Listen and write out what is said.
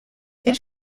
elle